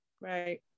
Right